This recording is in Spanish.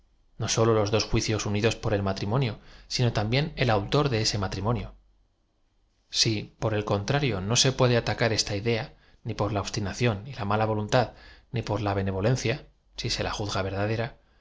no sólo los dos juicios unidos por e l matrimonio sino también e l autor de este matrimonio si por el contrario no se puede atacar esta idea ni por la obstinación y la mala voluntad ni por la benevolencia si se la uzga